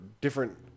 different